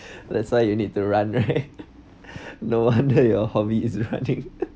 that's why you need to run right no wonder your hobby is running